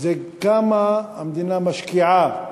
וזה: כמה המדינה משקיעה במניעה,